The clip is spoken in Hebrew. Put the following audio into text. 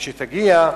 לכשתגיע.